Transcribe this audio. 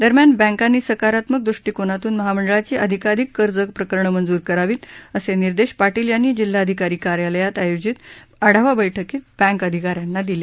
दरम्यान बँकांनी सकारात्मक दृष्टिकोनातून महामंडळाची अधिकाधिक कर्ज प्रकरणं मंजूर करावीत असे निर्देश पाटील यांनी जिल्हाधिकारी कार्यालयात आयोजित आढावा बैठकीत बँक अधिकाऱ्यांना दिले